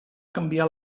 canviar